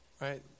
right